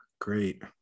great